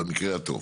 במקרה הטוב.